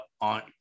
on